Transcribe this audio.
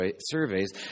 surveys